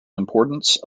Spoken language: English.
importance